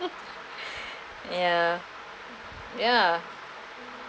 yeah yeah